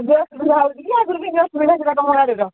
ଏତେ ଅସୁବିଧା ହେଉଛି କି ଆଗରୁ ଅସୁବିଧା ଥିଲା ତୁମ ଗାଡ଼ିର